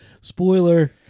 Spoiler